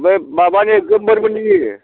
बै माबानि गोमबोर मोननि